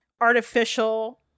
artificial